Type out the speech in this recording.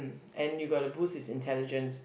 and you gotta boost its intelligence